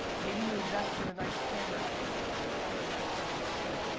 maybe you invest in a nice camera instead of another fucking suit.